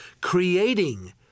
creating